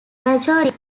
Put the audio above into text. majoring